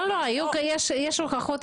יש הוכחות,